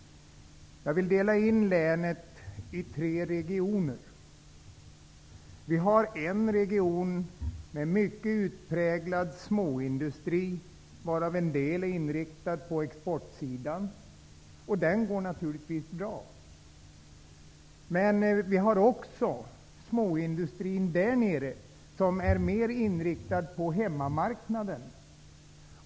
Jag vill dela in länet i tre regioner. Vi har en region med mycket utpräglad småindustri, varav en del är inriktad på export. Den går naturligtvis bra. Men vi har också småindustri som är mer inriktad på hemmamarknaden.